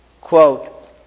quote